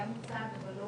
לא